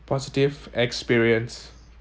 positive experience